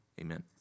Amen